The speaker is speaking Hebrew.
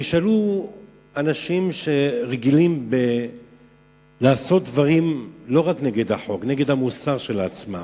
תשאלו אנשים שרגילים לעשות דברים לא רק נגד החוק אלא נגד המוסר של עצמם,